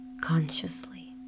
consciously